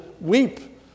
weep